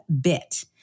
bit